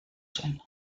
zen